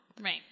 Right